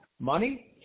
money